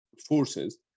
forces